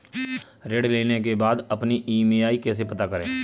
ऋण लेने के बाद अपनी ई.एम.आई कैसे पता करें?